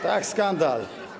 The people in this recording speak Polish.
Tak, skandal.